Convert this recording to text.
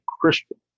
Christian